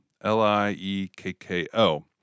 L-I-E-K-K-O